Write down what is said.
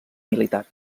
militar